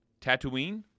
Tatooine